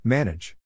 Manage